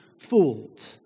fooled